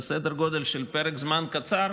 זה סדר גודל של פרק זמן קצר.